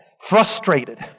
frustrated